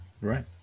right